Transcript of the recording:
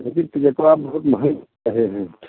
लेकिन टिकेटवा बहुत महँगा है रेट